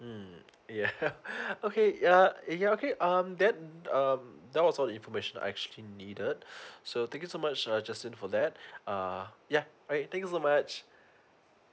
yeah okay uh yeah okay um then um that was all the information I actually needed so thank you so much uh justin for that uh yeah alright thank you so much